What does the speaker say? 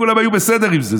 כולם היו בסדר עם זה,